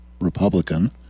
Republican